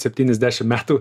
septyniasdešimt metų